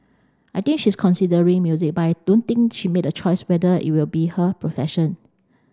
I think she's considering music but I don't think she made a choice whether it will be her profession